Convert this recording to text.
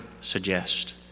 suggest